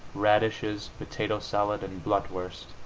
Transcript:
radishes, potato salad and blutwurst.